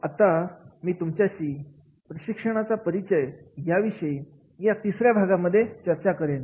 आता मी तुमच्याशी प्रशिक्षणाचा परिचय याविषयी ह्या तिसऱ्या भागामध्ये चर्चा करेन